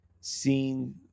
seen